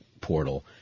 portal